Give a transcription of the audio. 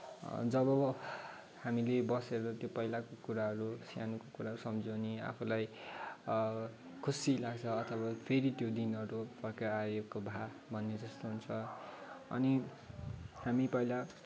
जब हामीले बसेर त्यो पहिलाको कुराहरू सानोको कुराहरू सम्झने आफूलाई खुसी लाग्छ अथवा फेरि त्यो दिनहरू फर्किएर आएको भए भने जस्तो हुन्छ अनि हामी पहिला